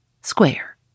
square